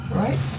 right